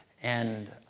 and